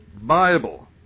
Bible